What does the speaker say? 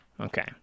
okay